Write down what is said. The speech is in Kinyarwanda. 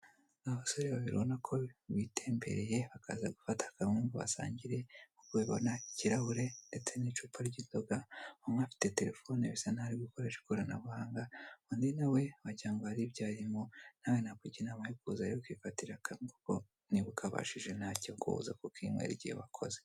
Abasore babiri ubona ko bitembereye bakaza gufata kamwe ngo basangire, nk'uko ubibona ikirahure ndetse n'icupa ry'inzoga, umwe afite terefone bisa n'aho ari gukoresha ikoranabuhanga, undi nawe wagira ngo hari ibyo arimo, nawe nakugira inama yo kuza rero ukifatira kamwe niba ukabashije nta kibazo cyo kuza ku kinywera igihe wakoze.